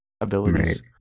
abilities